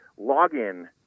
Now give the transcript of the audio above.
login